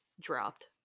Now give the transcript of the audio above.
dropped